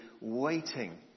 waiting